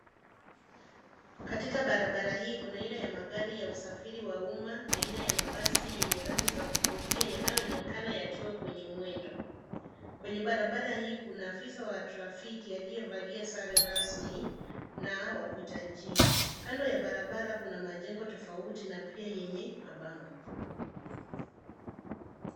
Katika barabara hii kuna aina ya magari ya usafiri wa umma, aina ya mabasi yenye rangi za kuvutia yanayoonekana yakiwa kwenye mwendo. Kwenye barabara hii kuna afisa wa trafiki aliyevalia sare rasmi na wapita njia. Kando ya barabara kuna majengo tofauti na pia yenye mabango.